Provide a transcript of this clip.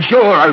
Sure